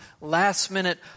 last-minute